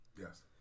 Yes